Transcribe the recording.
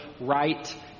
right